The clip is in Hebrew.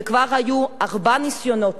וכבר היו ארבעה ניסיונות